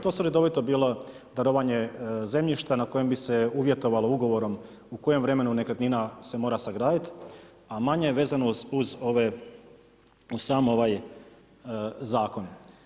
To su redovito bila darovanje zemljišta na kojem bi se uvjetovalo ugovorom u kojem vremenu nekretnina se mora sagraditi a manje je vezano uz sam ovaj zakon.